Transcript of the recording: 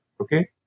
okay